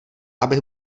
abych